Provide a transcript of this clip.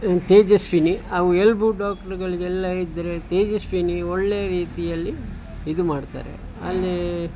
ತೇಜಸ್ವಿನಿ ಅವು ಎಲುಬು ಡಾಕ್ಟ್ರ್ಗಳಿಗೆಲ್ಲ ಇದ್ದರೆ ತೇಜಸ್ವಿನಿ ಒಳ್ಳೆಯ ರೀತಿಯಲ್ಲಿ ಇದು ಮಾಡ್ತಾರೆ ಅಲ್ಲಿ